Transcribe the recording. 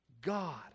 God